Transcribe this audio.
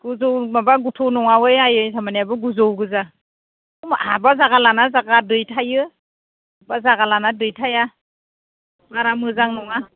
गोजौ माबा गोथौ नहाहाय आइयै जोंनियाबो माने गोजौ गोजा आबा जागा लाना जागा दै थायो बा जायगा लाना दै थाया बारा मोजां नङा